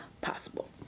possible